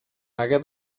aquest